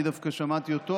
אני דווקא שמעתי אותו,